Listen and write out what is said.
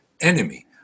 enemy